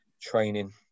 training